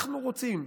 אנחנו רוצים,